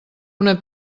una